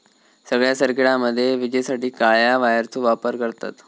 सगळ्या सर्किटामध्ये विजेसाठी काळ्या वायरचो वापर करतत